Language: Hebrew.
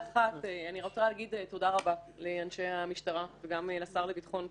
אני רוצה להגיד תודה רבה לאנשי המשטרה וגם לשר לביטחון פנים.